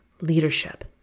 leadership